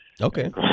Okay